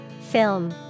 Film